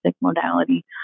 modality